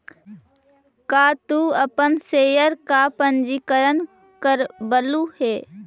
का तू अपन शेयर का पंजीकरण करवलु हे